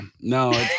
No